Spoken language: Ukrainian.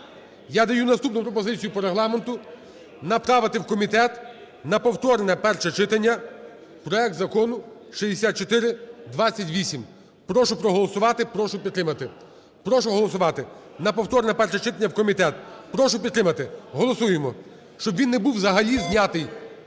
Я даю наступну пропозицію, по регламенту, направити в комітет на повторне перше читання проект Закону 6428. Прошу проголосувати. Прошу підтримати. Прошу голосувати. На повторне перше читання в комітет. Прошу підтримати. Голосуємо. Щоб він не був взагалі знятий.